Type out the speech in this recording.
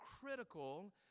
critical